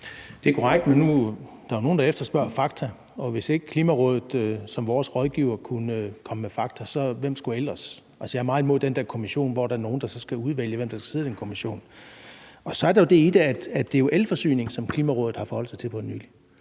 Det er korrekt, men nu er der jo nogle, der efterspørger fakta, og hvis ikke Klimarådet som vores rådgiver kunne komme med fakta, hvem skulle så ellers? Altså, jeg er meget imod det der med en kommission, hvor der er nogen, der skal udvælge, hvem der skal sidde i den kommission. Så er der det i det, at det jo er elforsyningen, som Klimarådet har forholdt sig til for nylig.